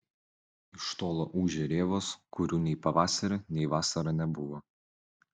iš tolo ūžia rėvos kurių nei pavasarį nei vasarą nebuvo